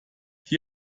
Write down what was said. die